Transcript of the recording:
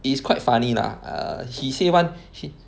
is quite funny lah err he say one he